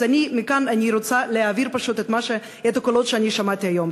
אז מכאן אני רוצה להעביר את הקולות שאני שמעתי היום,